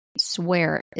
swear